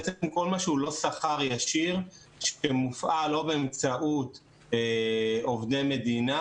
בעצם כל מה שאינו שכר ישיר שמופעל לא באמצעות עובדי מדינה,